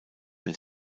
mehr